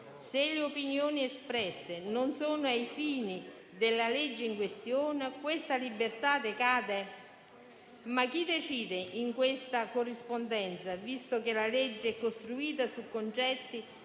Se le opinioni espresse non sono ai fini della legge in questione, questa libertà decade? Ma chi decide in questa corrispondenza, visto che la legge è costruita su concetti